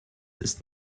ist